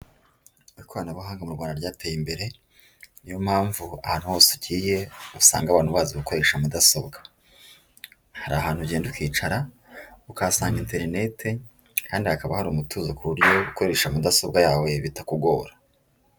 Ikoranabuhanga mu Rwanda ryateye imbere, niyo mpamvu ahantu hose ugiye usanga abantu bazi gukoresha mudasobwa, hari ahantu ugenda ukicara ukahasanga interinete, kandi hakaba hari umutuzo ku buryo gukoresha mudasobwa yawe bitakugora.